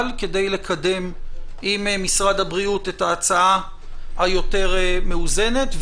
כדי לקדם עם משרד הבריאות את ההצעה היותר מאוזנת,